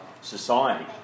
society